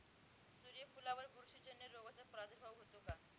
सूर्यफुलावर बुरशीजन्य रोगाचा प्रादुर्भाव होतो का?